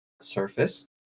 surface